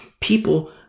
people